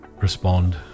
respond